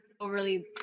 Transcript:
overly